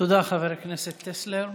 תודה, חבר הכנסת טסלר.